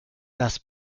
das